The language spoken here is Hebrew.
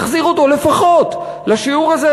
תחזירו אותו לפחות לשיעור הזה,